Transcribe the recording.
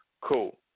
Cool